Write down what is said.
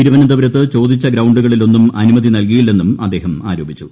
തിരുവനന്തപുരത്ത് ചോദിച്ച ഗ്രൌണ്ടുകളിലൊന്നും അനുമതി അനൽകിയില്ലെന്നും അദ്ദേഹം ആരോപിച്ചു